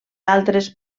altres